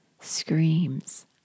screams